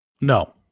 No